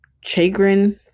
chagrin